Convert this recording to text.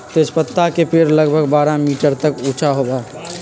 तेजपत्ता के पेड़ लगभग बारह मीटर तक ऊंचा होबा हई